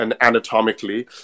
anatomically